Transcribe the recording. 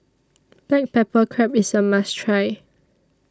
Black Pepper Crab IS A must Try